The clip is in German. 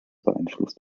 beeinflusst